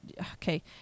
Okay